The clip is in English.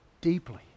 Deeply